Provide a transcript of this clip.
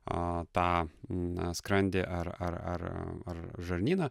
a tą na skrandį ar ar ar ar žarnyną